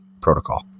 Protocol